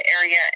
area